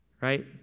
right